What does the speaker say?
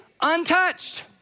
untouched